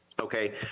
Okay